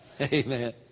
Amen